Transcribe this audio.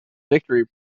victory